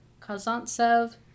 Kazantsev